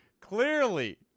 Clearly